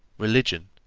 religion,